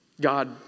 God